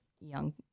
young